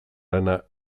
lana